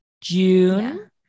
June